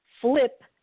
flip